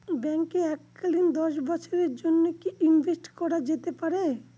ব্যাঙ্কে এককালীন দশ বছরের জন্য কি ইনভেস্ট করা যেতে পারে?